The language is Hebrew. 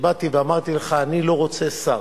שבאתי ואמרתי לך: אני לא רוצה שר,